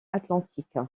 atlantique